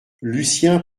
lucien